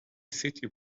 city